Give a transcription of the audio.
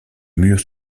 murs